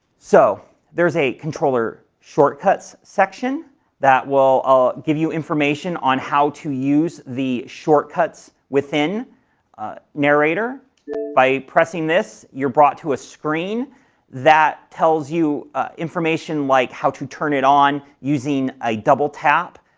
so, there's a controller shortcuts section that will ah give you information on how to use the shortcuts within narrator by pressing this. you're brought to a screen that tells you information like how to turn it on using a double tap,